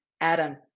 Adam